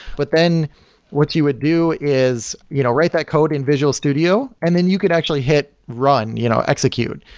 but then what you would do is you know write that code in visual studio and then you could actually hit run, you know execute.